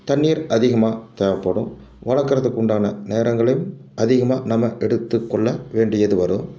தண்ணி அதிகமாக தேவைப்படும் வளர்க்குறதுக்கு உண்டான நேரங்களும் அதிகமாக நம்ம எடுத்து கொள்ள வேண்டியது வரும்